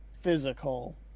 physical